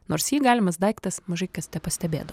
nors jį galimas daiktas mažai kas tepastebėjo